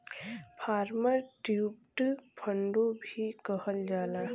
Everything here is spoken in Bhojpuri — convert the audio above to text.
फार्मर ट्रिब्यूट फ़ंडो भी कहल जाला